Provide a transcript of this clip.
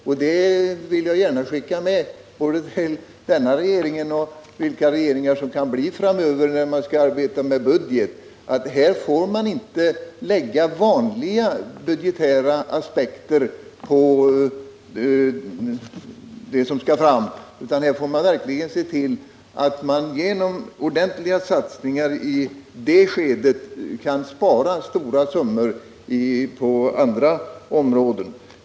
Jag vill gärna skicka med både till denna regering och till de regeringar som kan komma framöver, att när de skall arbeta med budgeten får de inte lägga vanliga budgetära aspekter på de medel som behövs, utan de får verkligen se till att man genom ordentliga satsningar i det skedet kan spara stora summor på andra områden.